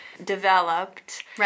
developed